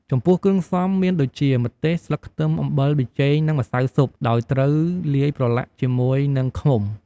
ចំពោះគ្រឿងផ្សំមានដូចជា ម្ទេស ស្លឹកខ្ទឹម អំបិល ប៊ីចេង និងម្សៅស៊ុប ដោយត្រូវលាយប្រឡាក់ជាមួយនឹងឃ្មុំ។